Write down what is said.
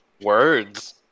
words